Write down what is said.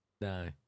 No